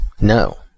No